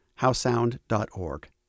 howsound.org